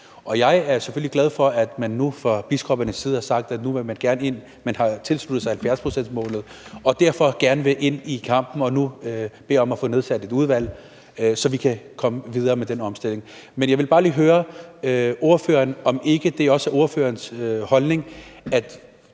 Jeg er selvfølgelig glad for, at man nu fra biskoppernes side har sagt, at man har tilsluttet sig 70-procentsmålet og derfor gerne vil ind i kampen og nu beder om at få nedsat et udvalg, så vi kan komme videre med den omstilling. Men jeg vil bare lige høre ordføreren, om ikke også det er ordførerens holdning,